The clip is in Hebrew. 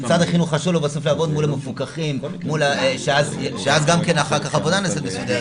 משרד החינוך יעבוד מול המפוקחים שאז גם כן העבודה נעשית מסודרת,